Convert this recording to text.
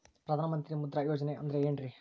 ಪ್ರಧಾನ ಮಂತ್ರಿ ಮುದ್ರಾ ಯೋಜನೆ ಅಂದ್ರೆ ಏನ್ರಿ?